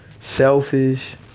selfish